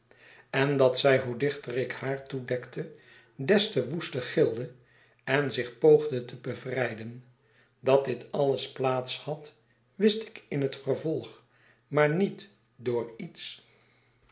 en dat zij hoe dichter ik haar toedekte des te woester gilde en zich poogde te bevrijden dat dit alies plaats had wist ik in het vervolg maar niet door iets